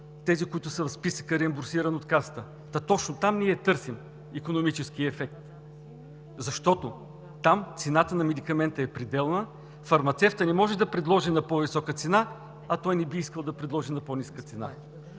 тези, които са в списъка, реимбурсиран от Касата? Точно там ние търсим икономическия ефект, защото там цената на медикамента е пределна, фармацевтът не може да предложи на по-висока цена, а той не би искал да предложи на по ниска цена.